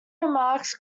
remarks